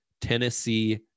Tennessee